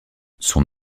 son